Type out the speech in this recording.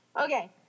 Okay